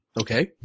Okay